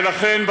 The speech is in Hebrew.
ולכן,